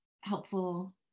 helpful